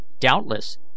Doubtless